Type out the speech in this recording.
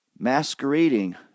masquerading